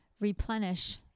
replenish